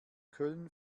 köln